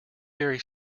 very